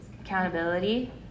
Accountability